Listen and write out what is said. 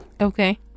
Okay